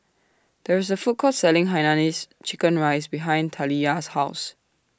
There IS A Food Court Selling Hainanese Chicken Rice behind Taliyah's House